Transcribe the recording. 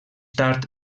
tard